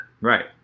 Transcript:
Right